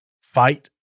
fight